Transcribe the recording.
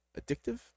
addictive